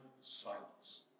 silence